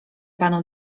panu